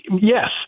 yes